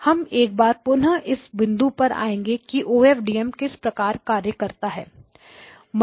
हम एक बार पुनः इस बिंदु पर आएंगे की OFDM किस प्रकार कार्य करता है